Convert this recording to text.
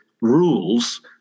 rules